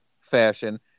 fashion